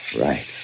Right